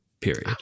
period